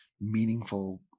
meaningful